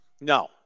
No